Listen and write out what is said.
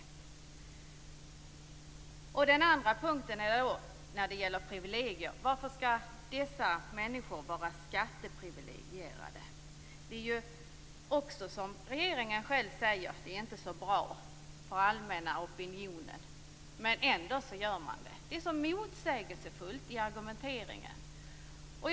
Sedan till den andra punkten när det gäller privilegier. Varför skall dessa människor vara skatteprivilegierade? Som regeringen själv säger är det inte så bra sett till den allmänna opinionen. Ändå gör man så här. Argumenteringen är mycket motsägelsefull.